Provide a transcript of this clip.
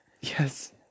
Yes